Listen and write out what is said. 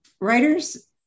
writers